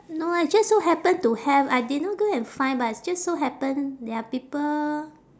no I just so happened to have I did not go and find but it's just so happened there are people